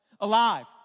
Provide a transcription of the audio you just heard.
Alive